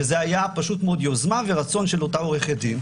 וזה היה פשוט מאוד יוזמה ורצון של אותה עורכת דין.